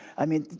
i mean,